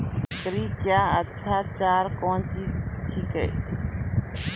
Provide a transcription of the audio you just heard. बकरी क्या अच्छा चार कौन चीज छै के?